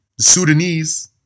Sudanese